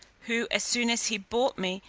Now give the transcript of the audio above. who, as soon as he bought me,